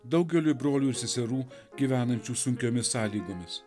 daugeliui brolių ir seserų gyvenančių sunkiomis sąlygomis